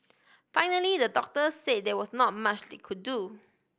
finally the doctor say there was not much they could do